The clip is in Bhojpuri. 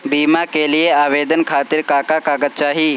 बीमा के लिए आवेदन खातिर का का कागज चाहि?